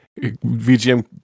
VGM